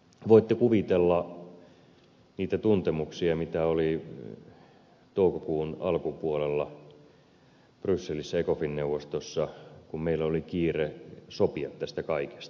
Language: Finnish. voitte kuvitella niitä tuntemuksia mitä oli toukokuun alkupuolella brysselissä ecofin neuvostossa kun meillä oli kiire sopia tästä kaikesta